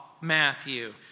Matthew